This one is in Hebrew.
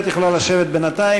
את יכולה לשבת בינתיים.